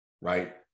right